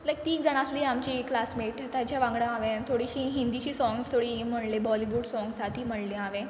लायक तीग जाणां आसलीं आमचीं क्लासमेट ताजे वांगडा हांवें थोडीशीं हिंदीशीं सॉंग्स थोडी म्हळ्ळीं बॉलिवूड सॉंग्स आसा तीं म्हळ्ळीं हांवें